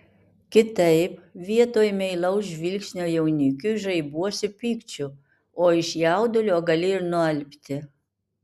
kitaip vietoj meilaus žvilgsnio jaunikiui žaibuosi pykčiu o iš jaudulio gali ir nualpti